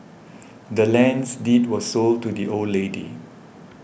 the land's deed was sold to the old lady